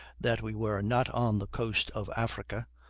that we were not on the coast of africa,